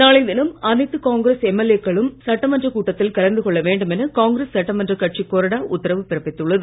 நாளைய தினம் அனைத்து காங்கிரஸ் எம்எல்ஏ க்களும் சட்டமன்ற கூட்டத்தில் கலந்து கொள்ள வேண்டும் என காங்கிரஸ் சட்டமன்ற கட்சி கொறடா உத்தரவு பிறப்பித்துள்ளது